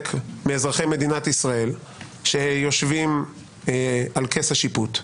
מאזרחי מדינת ישראל שיושבים על כס השיפוט.